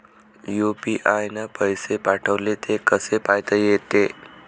UPI न पैसे पाठवले, ते कसे पायता येते?